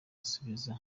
asubiza